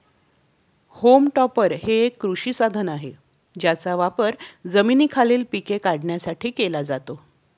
home टॉपर हे एक कृषी साधन आहे ज्याचा वापर जमिनीखालील पिके काढण्यासाठी केला जातो